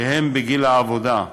שהם בגיל העבודה,